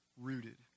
rooted